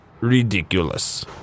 Ridiculous